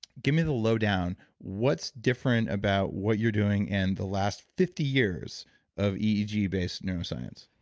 give me the lowdown. what's different about what you're doing and the last fifty years of eeg-based neuroscience?